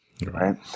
Right